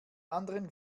anderen